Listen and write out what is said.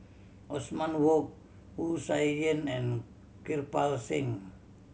Othman Wok Wu Tsai Yen and Kirpal Singh